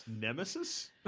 Nemesis